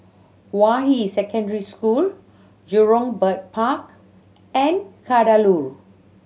Hua Yi Secondary School Jurong Bird Park and Kadaloor